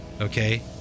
okay